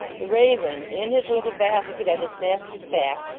the raven, in his little basket at his master's back,